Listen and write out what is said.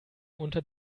unter